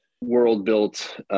world-built